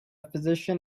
physician